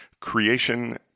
Creation